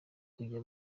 kujya